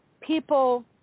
people